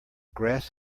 grass